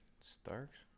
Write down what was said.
Starks